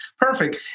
Perfect